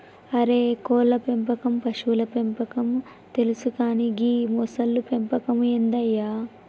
అరే కోళ్ళ పెంపకం పశువుల పెంపకం తెలుసు కానీ గీ మొసళ్ల పెంపకం ఏందయ్య